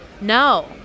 No